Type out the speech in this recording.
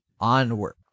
Onward